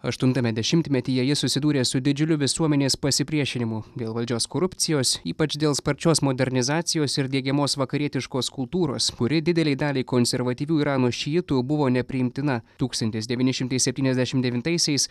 aštuntame dešimtmetyje jis susidūrė su didžiuliu visuomenės pasipriešinimu dėl valdžios korupcijos ypač dėl sparčios modernizacijos ir diegiamos vakarietiškos kultūros kuri didelei daliai konservatyvių irano šiitų buvo nepriimtina tūkstantis devyni šimtai septyniasdešimt devintaisiais